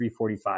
345